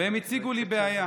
והם הציגו לי בעיה: